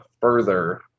further